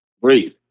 Breathe